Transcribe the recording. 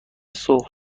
سرخ